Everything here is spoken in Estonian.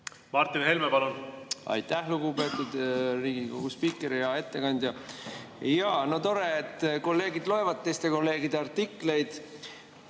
Martin Helme, palun! Aitäh, lugupeetud Riigikogu spiiker! Hea ettekandja! No tore, et kolleegid loevad teiste kolleegide artikleid.